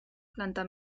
planta